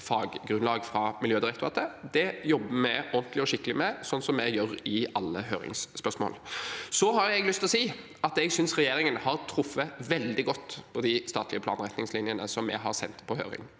faggrunnlag fra Miljødirektoratet. Det jobber vi ordentlig og skikkelig med, slik vi gjør i alle høringsspørsmål. Jeg har lyst til å si at jeg synes regjeringen har truffet veldig godt på de statlige planretningslinjene vi har sendt på høring.